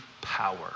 power